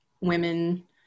Women